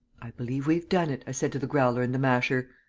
i believe we've done it i said to the growler and the masher.